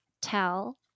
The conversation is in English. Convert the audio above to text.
tell